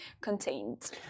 contained